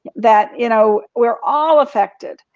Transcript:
that you know, we're all affected,